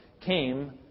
came